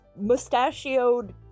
mustachioed